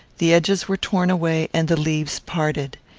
the edges were torn away, and the leaves parted.